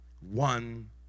one